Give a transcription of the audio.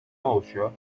oluşuyor